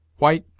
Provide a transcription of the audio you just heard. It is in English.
white,